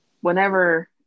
Whenever